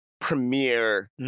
premiere